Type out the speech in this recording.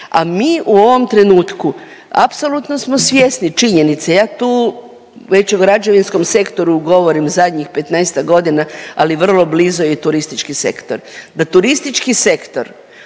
A mi u ovom trenutku apsolutno smo svjesni činjenice, ja tu već o građevinskom sektoru govorim zadnjih 15-ak godina, ali vrlo blizu je turistički sektor, da turistički sektor